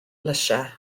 lysiau